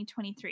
2023